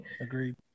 Agreed